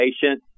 patient